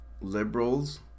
liberals